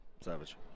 Savage